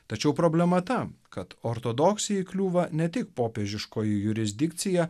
tačiau problema ta kad ortodoksijai kliūva ne tik popiežiškoji jurisdikcija